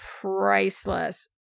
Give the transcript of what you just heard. priceless